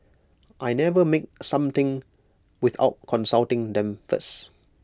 I never make something without consulting them first